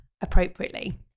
appropriately